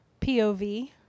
POV